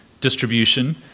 distribution